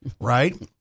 Right